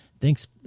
Thanks